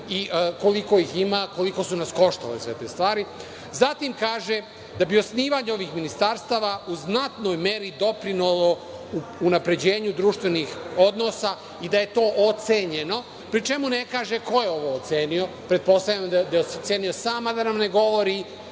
koliko ih ima i koliko su nas koštale sve te stvari. Zatim, kaže da bi osnivanje ovih ministarstava u znatnoj meri doprinelo unapređenju društvenih odnosa i da je to ocenjeno, pri čemu ne kaže ko je ovo ocenio. Pretpostavljam da je ocenio sam, a da nam ne govori